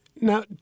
Now